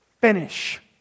Finish